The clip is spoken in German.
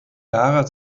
lara